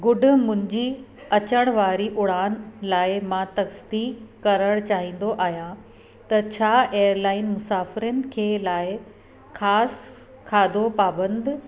good मुंहिंजी अचण वारी उड़ान लाइ मां तसदीक करणु चाहींदो आहियां त छा एयरलाइन मुसाफ़िरनि खे लाइ ख़सि खाधो पाबंद